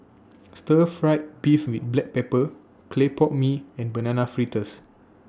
Stir Fried Beef with Black Pepper Clay Pot Mee and Banana Fritters